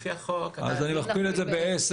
לפי החוק -- אז אני מכפיל את זה ב-10